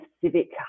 civic